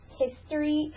history